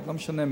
לא משנה,